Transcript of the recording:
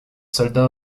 soldats